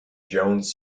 jones